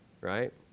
Right